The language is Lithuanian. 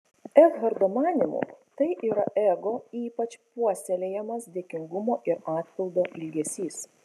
ekharto manymu tai yra ego ypač puoselėjamas dėkingumo ir atpildo ilgesys